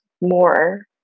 more